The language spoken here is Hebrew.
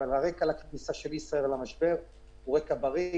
אבל הרקע לכניסה של ישראייר למשבר הוא רקע בריא.